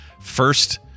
first